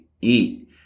eat